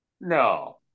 No